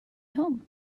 home